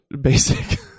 basic